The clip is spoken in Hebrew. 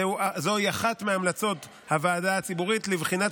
זוהי אחת מהמלצות הוועדה הציבורית לבחינת